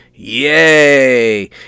Yay